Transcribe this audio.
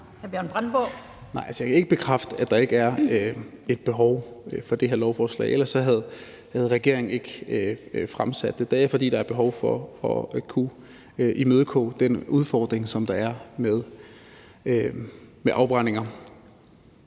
jeg kan ikke bekræfte, at der ikke er et behov for det her lovforslag, for ellers havde regeringen ikke fremsat det. Det er, fordi der er behov for at kunne imødegå den udfordring, som der er med afbrændinger.